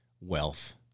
wealth